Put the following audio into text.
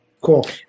Cool